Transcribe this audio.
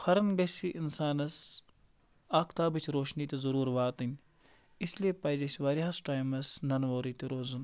کھۄرَن گژھِ اِنسانَس آختابٕچ روشنی تہِ ضروٗر واتٕنۍ اِسلیے پَزِ اَسہِ واریاہَس ٹایمَس ننہٕ وورے تہِ روزُن